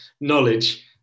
knowledge